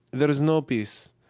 there is no peace.